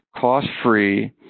cost-free